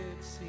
see